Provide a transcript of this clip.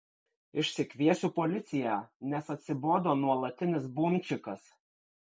išsikviesiu policiją nes atsibodo nuolatinis bumčikas